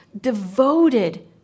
devoted